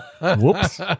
Whoops